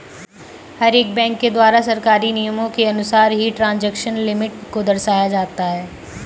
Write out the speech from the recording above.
हर एक बैंक के द्वारा सरकारी नियमों के अनुसार ही ट्रांजेक्शन लिमिट को दर्शाया जाता है